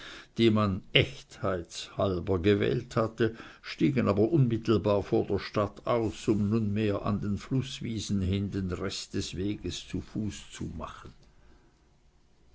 die man echtheits halber gewählt hatte stiegen aber unmittelbar vor der stadt aus um nunmehr an den flußwiesen hin den rest des weges zu fuß zu machen